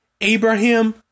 Abraham